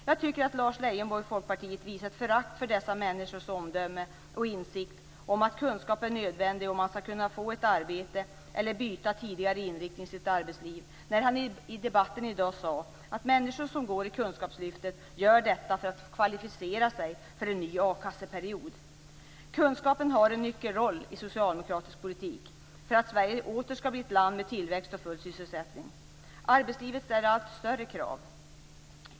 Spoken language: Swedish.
Jag tycker att Lars Leijonborg visar ett förakt för dessa människors omdöme och insikt om att kunskap är nödvändig om man skall kunna få ett arbete eller byta tidigare inriktning i sitt arbetsliv när han i debatten i dag sade att människor som deltar i kunskapslyftet gör detta för att kvalificera sig för en ny a-kasseperiod. Kunskapen har en nyckelroll i socialdemokratisk politik för att Sverige åter skall bli ett land med tillväxt och full sysselsättning. Arbetslivet ställer allt större krav.